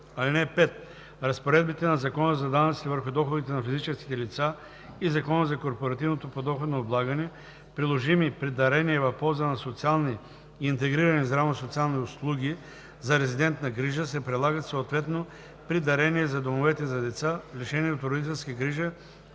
(5) Разпоредбите на Закона за данъците върху доходите на физическите лица и Закона за корпоративното подоходно облагане, приложими при дарения в полза на социални и интегрирани здравно-социални услуги за резидентна грижа, се прилагат съответно при дарения за домовете за деца, лишени от родителска грижа,